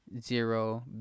Zero